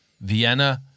Vienna